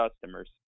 customers